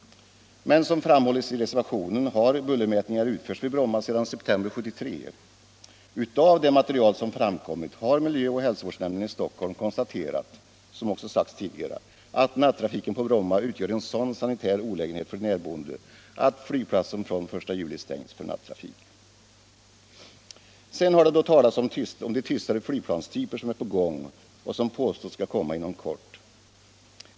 Men som framhålles i reservationen har bullermätningar utförts vid Bromma sedan september 1973. Av det material som framkommit har miljö och hälsovårdsnämnden i Stockholm konstaterat — som också sagts tidigare — att nattrafiken på Bromma utgör en sådan sanitär olägenhet för närboende att flygplatsen från den 1 juli stängs för nattrafik. Sedan har det då talats om de tystare flygplanstyper som nu är på gång och som påstås skall komma inom kort.